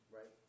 right